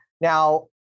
Now